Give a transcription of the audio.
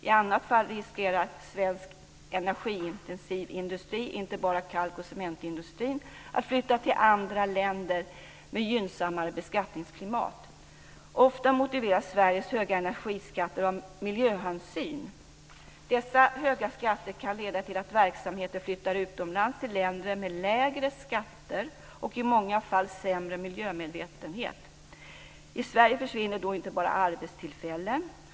I annat fall riskerar vi att svensk energiintensiv industri, och inte bara kalkoch cementindustrin, flyttar till andra länder med gynnsammare beskattningsklimat. Ofta motiveras Sveriges höga energiskatter av miljöhänsyn. Dessa höga skatter kan leda till att verksamheter flyttar utomlands till länder med lägre skatter och i många fall sämre miljömedvetenhet. I Sverige försvinner då inte bara arbetstillfällen.